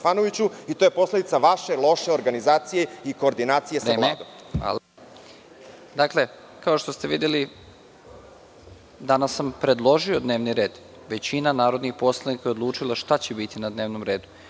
i to je posledica vaše loše organizacije i koordinacije sa Vladom. **Nebojša Stefanović** Vreme. Kao što ste videli, danas sam predložio dnevni red. Većina narodnih poslanika je odlučila šta će biti na dnevnom redu